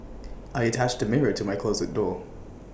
I attached A mirror to my closet door